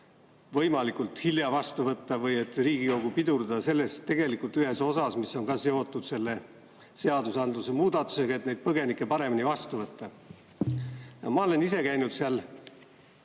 võimalikult hilja vastu võtta või et Riigikogu pidurdada tegelikult selles ühes osas, mis on ka seotud selle seadusandluse muudatusega, et põgenikke paremini vastu võtta. Ma olen ise käinud seal